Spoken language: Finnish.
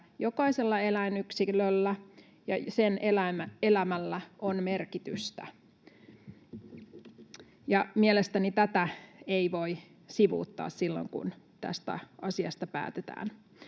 jokaisella eläinyksilöllä ja sen elämällä on merkitystä. Mielestäni tätä ei voi sivuuttaa silloin, kun tästä asiasta päätetään.